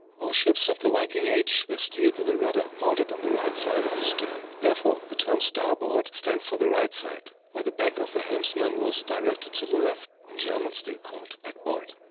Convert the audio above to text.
all ships of the viking age were steered with a rudder mounted on the right side of the stern. therefor the term starboard stands for the right side, while the back of the helmsman was directed to the left, in german still called backboard.